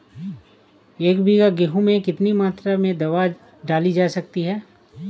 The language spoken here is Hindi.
एक बीघा गेहूँ में कितनी मात्रा में दवा डाली जा सकती है?